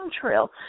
trail